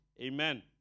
Amen